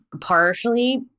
partially